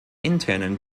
internen